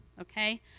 okay